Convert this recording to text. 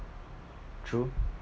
true